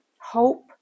Hope